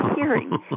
hearing